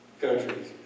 countries